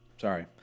Sorry